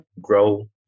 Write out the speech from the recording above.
grow